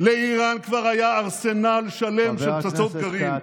לאיראן כבר היה ארסנל שלם של פצצות גרעין,